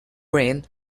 reign